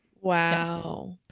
Wow